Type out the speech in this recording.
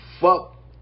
fuck